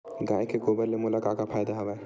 गाय के गोबर ले मोला का का फ़ायदा हवय?